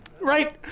Right-